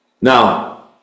Now